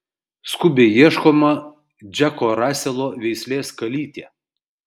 skubiai ieškoma džeko raselo veislės kalytė